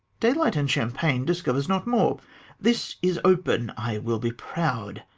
daylight and champain discovers not more this is open. i will be proud,